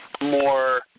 more